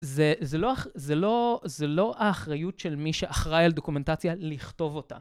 זה-זה לא הח-זה לא... זה לא האחריות של מי שאחראי על דוקומנטציה, לכתוב אותה.